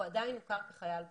הוא עדיין מוכר כחייל בודד.